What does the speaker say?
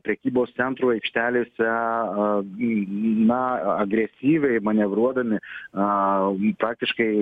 prekybos centrų aikštelėse aa na agresyviai manevruodami aa praktiškai